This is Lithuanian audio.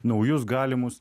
naujus galimus